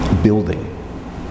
Building